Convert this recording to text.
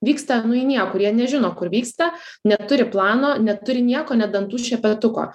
vyksta nu į niekur jie nežino kur vyksta neturi plano neturi nieko net dantų šepetuko